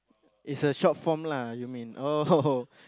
is a short form lah you mean oh